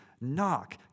knock